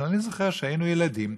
אבל אני זוכר שכשהיינו ילדים,